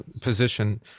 position